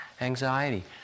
Anxiety